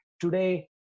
Today